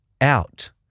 out